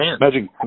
Imagine